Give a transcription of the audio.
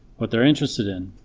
what they're interested in,